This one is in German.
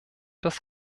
das